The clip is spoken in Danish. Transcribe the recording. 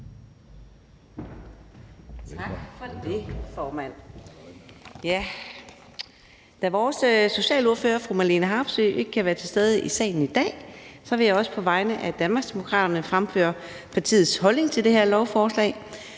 Tak for det, formand. Da vores socialordfører, fru Marlene Harpsøe, ikke kan være til stede i salen i dag, vil jeg på vegne af Danmarksdemokraterne fremføre partiets holdning til det her lovforslag.